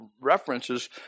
references